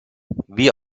wie